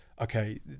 okay